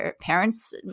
parents